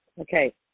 Okay